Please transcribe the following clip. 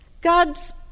God's